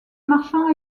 marchand